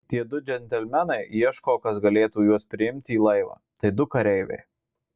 tie du džentelmenai ieško kas galėtų juos priimti į laivą tai du kareiviai